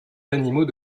d’animaux